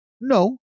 No